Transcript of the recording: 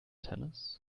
tennis